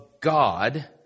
God